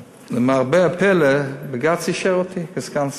למרבה הפלא, בג"ץ אישר אותי כסגן שר.